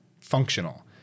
functional